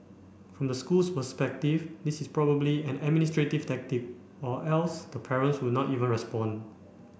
from the school's perspective this is probably an administrative tactic or else the parents would not even respond